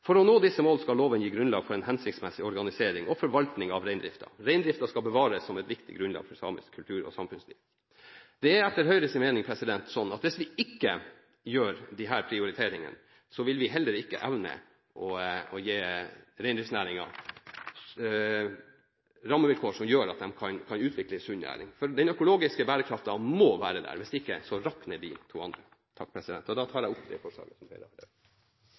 For å nå disse mål skal loven gi grunnlag for en hensiktsmessig organisering og forvaltning av reindriften. Reindriften skal bevares som et viktig grunnlag for samisk kultur og samfunnsliv.» Etter Høyres mening er det slik at hvis vi ikke gjør disse prioriteringene, vil vi heller ikke evne å gi reindriftsnæringen rammevilkår som gjør at man kan utvikle en sunn næring. Den økologiske bærekraften må være der. Hvis ikke rakner de to andre. Jeg tar opp det forslaget som Høyre har